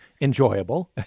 enjoyable